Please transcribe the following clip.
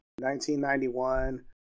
1991